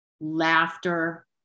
laughter